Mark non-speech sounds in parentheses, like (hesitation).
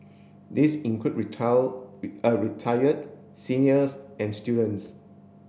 these include (unintelligible) (hesitation) retired seniors and students